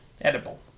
Edible